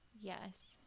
Yes